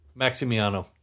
Maximiano